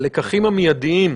הלקחים המידיים,